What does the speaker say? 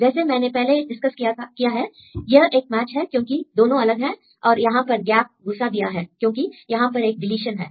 जैसे मैंने पहले डिस्कस किया है यह एक मिसमैच है क्योंकि दोनों अलग हैं और यहां पर गैप घुसा दिया है क्योंकि यहां पर एक डीलीशन है